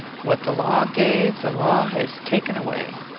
what the law gave, the law has taken away.